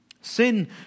Sin